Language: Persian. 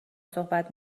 صحبت